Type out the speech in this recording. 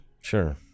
Sure